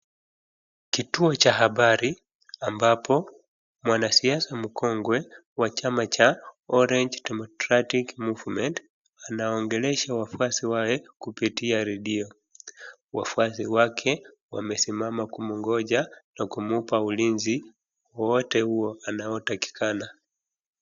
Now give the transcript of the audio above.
Kituo cha habari ambapo mwanasiasi mkongwe wa chama cha Orange Democratic Movement anaongelesha wafuasi wake kupitia redio. Wafuasi wake wamesimama kumgonja na kumpa ulinzi wowote huo anaotakikana.